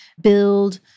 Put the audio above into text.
build